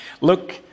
look